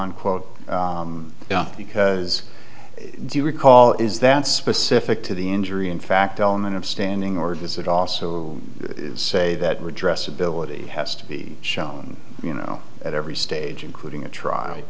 quote because i do recall is that specific to the injury in fact element of standing or is that also say that redress ability has to be shown you know at every stage including a trial